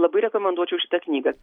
labai rekomenduočiau šitą knygą